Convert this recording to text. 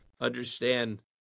understand